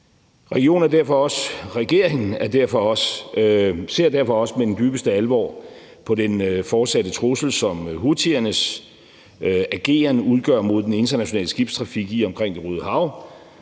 Regeringen ser derfor også med den dybeste alvor på den fortsatte trussel, som houthiernes ageren udgør mod den internationale skibstrafik i og omkring Det Røde Hav.